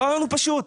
הרעיון הוא פשוט: